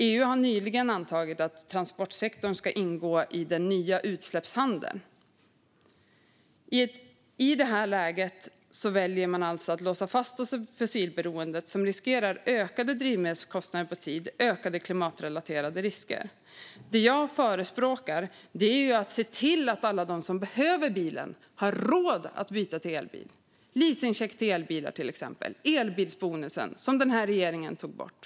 EU har nyligen antagit att transportsektorn ska ingå i den nya utsläppshandeln. I det här läget väljer man alltså att låsa fast sig i fossilberoendet, som kan medföra ökade drivmedelskostnader och ökade klimatrelaterade risker. Det jag förespråkar är att se till att alla de som behöver bilen har råd att byta till elbil genom till exempel leasingcheckar till elbilar eller elbilsbonus, som den här regeringen tog bort.